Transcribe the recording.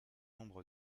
nombre